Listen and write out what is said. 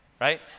right